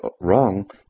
wrong